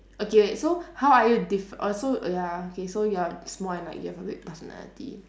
okay wait so how are you diff~ oh so oh ya okay so you are small and like you have a big personality